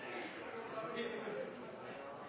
Jeg